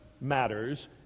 matters